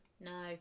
No